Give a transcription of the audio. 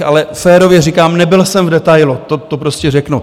Ale férově říkám, nebyl jsem v detailu, to prostě řeknu.